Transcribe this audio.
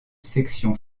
section